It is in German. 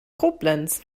koblenz